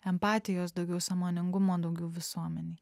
empatijos daugiau sąmoningumo daugiau visuomenėj